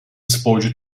sporcu